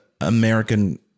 American